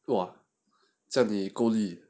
!wah! 这样你够力